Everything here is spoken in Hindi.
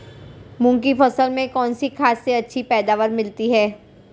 मूंग की फसल में कौनसी खाद से अच्छी पैदावार मिलती है?